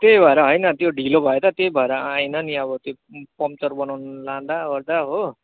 त्यही भएर होइन ढिलो भयो त त्यही भएर आइनँ नि त्यो अब पम्चर बनाउन लाँदाओर्दा हो